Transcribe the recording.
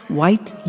white